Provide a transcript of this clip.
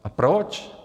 A proč?